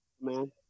man